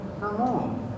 no